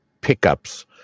pickups